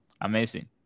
Amazing